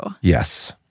Yes